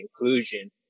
inclusion